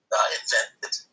Invented